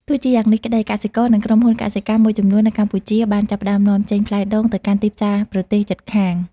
ទោះជាយ៉ាងនេះក្តី កសិករ និងក្រុមហ៊ុនកសិកម្មមួយចំនួននៅកម្ពុជាបានចាប់ផ្តើមនាំចេញផ្លែដូងទៅកាន់ទីផ្សារប្រទេសជិតខាង។